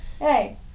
Hey